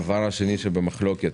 דבר שני שנמצא במחלוקת,